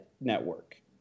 network